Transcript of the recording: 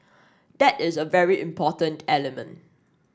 that is a very important element